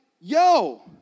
yo